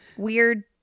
Weird